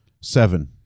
Seven